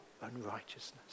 unrighteousness